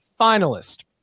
finalist